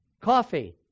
Coffee